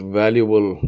valuable